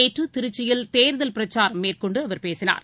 நேற்றுதிருச்சியில் தேர்தல் பிரச்சாரம் மேற்கொண்டுஅவர் பேசினார்